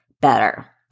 better